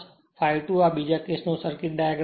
∅2 આ બીજા કેસનો સર્કિટ ડાયાગ્રામ છે